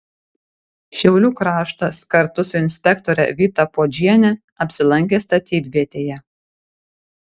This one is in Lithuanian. šiaulių kraštas kartu su inspektore vyta puodžiene apsilankė statybvietėje